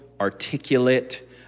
articulate